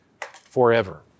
forever